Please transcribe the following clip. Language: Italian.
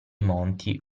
monti